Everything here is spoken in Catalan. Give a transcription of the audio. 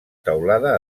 teulada